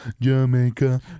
Jamaica